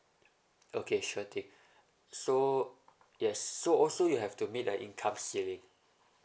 okay sure thing so yes so also you have to meet the income ceiling